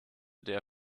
der